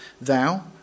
Thou